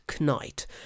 knight